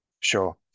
Sure